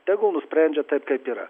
tegul nusprendžia taip kaip yra